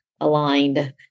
aligned